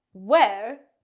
where?